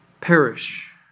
perish